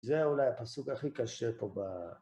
זה אולי הפסוק הכי קשה פה ב...